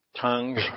tongues